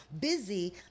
busy